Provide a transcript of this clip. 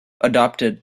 adopted